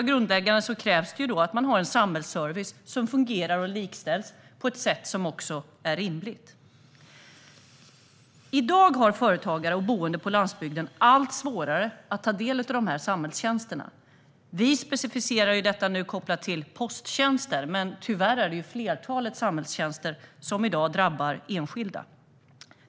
Då krävs det att man har en samhällsservice som fungerar och likställs på ett rimligt sätt. I dag har företagare och boende på landsbygden allt svårare att ta del av samhällstjänsterna. Vi tar nu upp detta kopplat till posttjänster, men tyvärr drabbas enskilda när det gäller flertalet samhällstjänster.